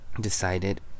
decided